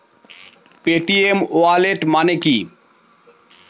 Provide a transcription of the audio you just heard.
Paytm wallet মানে কি?